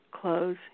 close